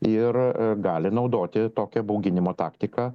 ir gali naudoti tokią bauginimo taktiką